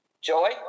joy